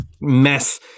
mess